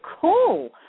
cool